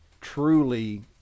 truly